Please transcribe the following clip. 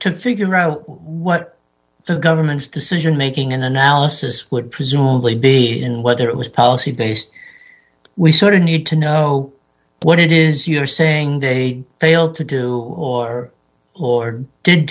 to figure out what the government's decision making and analysis would presumably be in whether it was policy based we sort of need to know what it is you are saying they failed to do or or didn't